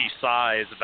size